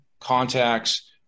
contacts